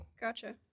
Gotcha